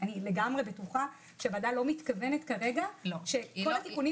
אני לגמרי בטוחה שהוועדה לא מתכוונת כרגע שכל התיקונים